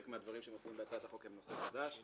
מהדברים שמופיעים בהצעת החוק הם נושא חדש.